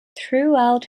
throughout